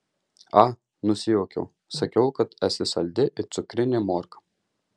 a nusijuokiau sakiau kad esi saldi it cukrinė morka